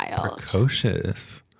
Precocious